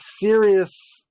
serious